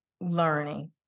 learning